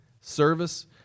service